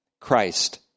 Christ